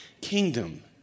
kingdom